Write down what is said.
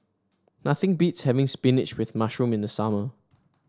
nothing beats having spinach with mushroom in the summer